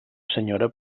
senyora